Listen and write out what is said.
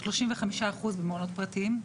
35% במעונות פרטיים,